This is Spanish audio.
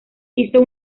hizo